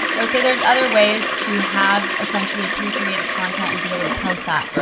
i would say there's other ways to have essentially pre-created content and be able to post that. right?